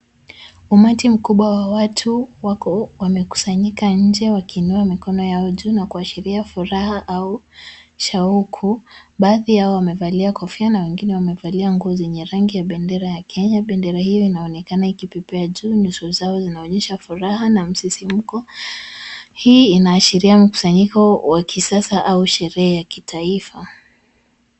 Umati mkubwa wa watu wako wamekusanyika nje wakiinua mikono yao juu na kuashiria furaha au shauku. Baadhi yao wamevalia kofia na wengine wamevalia nguo zenye rangi ya bendera ya Kenya. Bendera hiyo inaonekana ikipepea juu. Nyuso zao zinaonyesha furaha na msisimko. Hii inaashiria mkusanyiko wa kisasa au sherehe ya kitaifa.